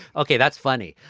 ok, that's funny.